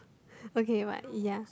okay but ya